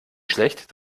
schlecht